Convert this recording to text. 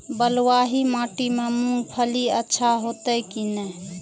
बलवाही माटी में मूंगफली अच्छा होते की ने?